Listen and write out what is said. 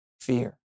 fear